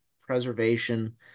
preservation